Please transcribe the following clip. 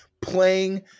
playing